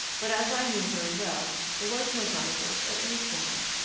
but, as i knew very well, there was no guide-post at any corner,